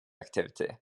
activity